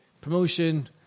promotion